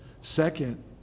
Second